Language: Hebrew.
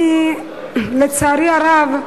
לצערי הרב,